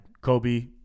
Kobe